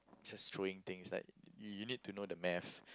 just throwing things like you need to know the math